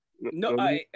No